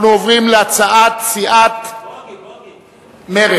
אנחנו עוברים להצעת סיעת מרצ.